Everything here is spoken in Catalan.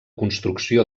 construcció